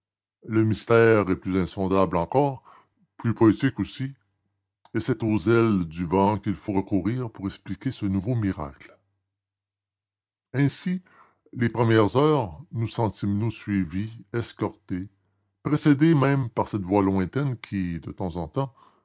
le mystère est plus insondable encore plus poétique aussi et c'est aux ailes du vent qu'il faut recourir pour expliquer ce nouveau miracle ainsi les premières heures nous sentîmes nous suivis escortés précédés même par cette voix lointaine qui de temps en temps